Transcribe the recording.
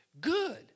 good